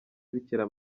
bikira